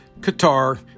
Qatar